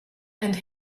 and